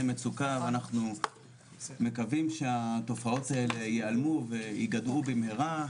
מצוקה ואנחנו מקווים שהתופעות האלה ייעלמו וייגדעו במהרה.